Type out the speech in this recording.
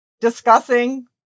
discussing